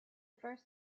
first